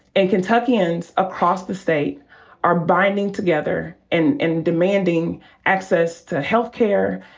and kentuckians across the state are binding together and and demanding access to health care,